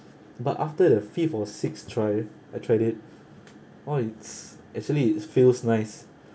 but after the fifth or sixth try I tried it !wah! it's actually it feels nice